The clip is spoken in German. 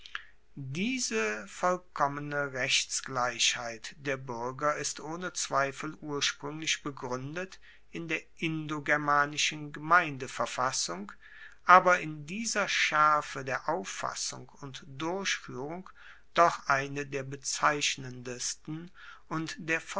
diese vollkommene rechtsgleichheit der buerger ist ohne zweifel urspruenglich begruendet in der indogermanischen gemeindeverfassung aber in dieser schaerfe der auffassung und durchfuehrung doch eine der bezeichnendsten und der